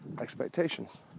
expectations